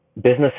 business